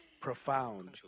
profound